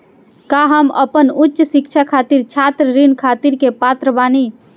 का हम अपन उच्च शिक्षा खातिर छात्र ऋण खातिर के पात्र बानी?